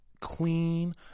clean